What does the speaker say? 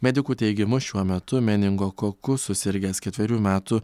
medikų teigimu šiuo metu meningokoku susirgęs ketverių metų